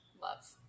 love